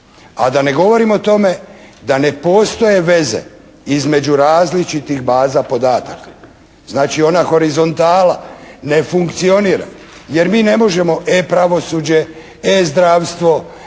A da ne govorim o tome da ne postoje veze između različitih baza podataka. Znači, ona horizontala ne funkcionira jer mi ne možemo E pravosuđe, E zdravstvo,